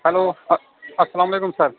hello اَ اَسَلامُ علیکُم سَر